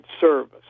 service